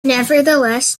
nevertheless